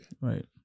Right